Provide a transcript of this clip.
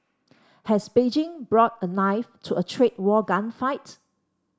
has Beijing brought a knife to a trade war gunfight